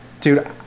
dude